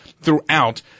throughout